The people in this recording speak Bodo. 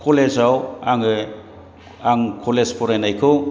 कलेजाव आङो आं कलेज फरायनायखौ